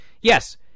yes